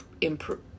improve